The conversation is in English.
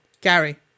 Gary